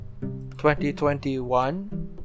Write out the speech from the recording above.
2021